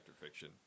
fiction